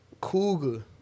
cougar